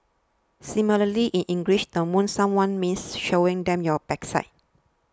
similarly in English the 'moon' someone means showing them your backside